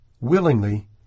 willingly